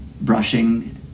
brushing